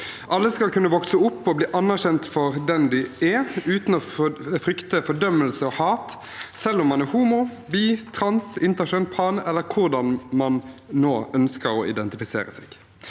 Alle skal kunne vokse opp og bli anerkjent for den de er, uten å frykte fordømmelse og hat, selv om man er homo, bi, trans, interkjønn, pan eller hvordan man nå ønsker å identifisere seg.